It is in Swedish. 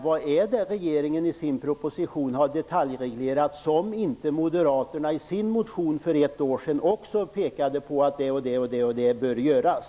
Vad är det som regeringen i sin proposition har detaljreglerat som inte moderaterna tog upp i sin motion för ett år sedan?